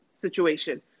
situation